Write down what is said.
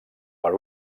per